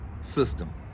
system